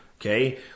Okay